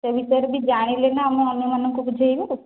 ସେ ବିଷୟରେ ବି ଜାଣିଲେ ନା ଆମେ ଅନ୍ୟମାନଙ୍କୁ ବୁଝାଇବୁ